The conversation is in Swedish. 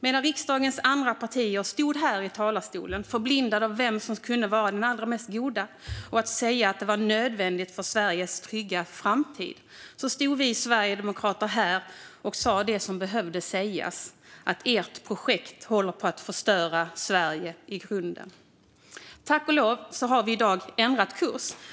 Medan riksdagens andra partier stod här i talarstolen, förblindade av vem som kunde vara den allra mest goda, och sa att det var nödvändigt för Sveriges trygga framtid stod vi sverigedemokrater här och sa det som behövde sägas, att ert projekt håller på att förstöra Sverige i grunden. Tack och lov har kursen ändrats i dag.